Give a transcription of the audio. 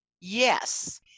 Yes